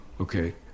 okay